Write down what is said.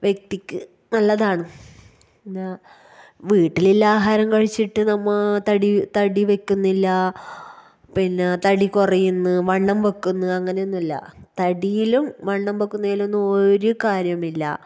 വ്യക്തിക്ക് നല്ലതാണ് എന്നാ വീട്ടിലുള്ള ആഹാരം കഴിച്ചിട്ട് നമ്മൾ തടി തടി വെയ്ക്കുന്നില്ല പിന്നെ തടി കുറയുന്ന വണ്ണം വെക്കുന്നു അങ്ങനെയൊന്നുമില്ല തടിയിലും വണ്ണം വെക്കുന്നതിലൊന്നും ഒര് കാര്യവുമില്ല